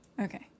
Okay